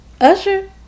Usher